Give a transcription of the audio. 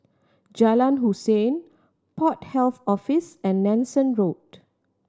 Jalan Hussein Port Health Office and Nanson Road